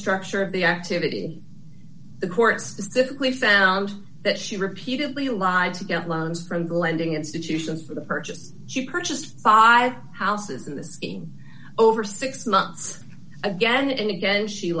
structure of the activity the court specifically found that she repeatedly lied to get loans from glendenning institutions for the purchase she purchased five houses in this over six months again and again she